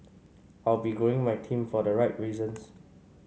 I'll be growing my team for the right reasons